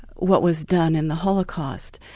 what was done in the holocaust,